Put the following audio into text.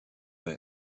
bij